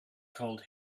called